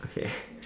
okay